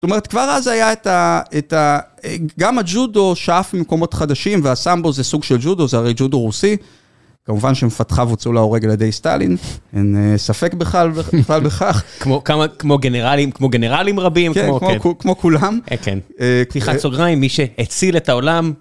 זאת אומרת, כבר אז היה את ה... גם הג'ודו שאף ממקומות חדשים, והסמבו זה סוג של ג'ודו, זה הרי ג'ודו רוסי, כמובן שמפתחיו הוצאו להורג לידי סטלין, אין ספק בכלל בכך. כמו גנרלים רבים, כמו כולם. כן. פתיחה סוגריים מי שהציל את העולם.